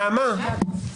נעמה, נעמה.